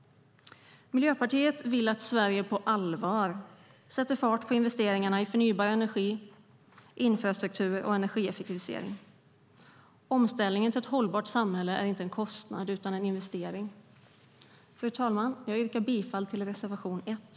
Miljöpartiet vill att Sverige på allvar sätter fart på investeringarna i förnybar energi, infrastruktur och energieffektivisering. Omställningen till ett hållbart samhälle är inte en kostnad utan en investering. Fru talman! Jag yrkar bifall till reservation 1.